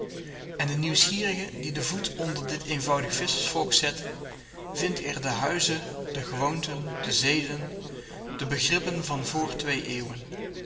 en de nieuwsgierige die den voet onder dit eenvoudig visschersvolk zet vindt er de huizen de gewoonten de zeden de begrippen van voor twee eeuwen